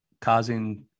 causing